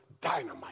Dynamite